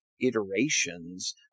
iterations